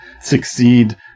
succeed